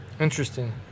Interesting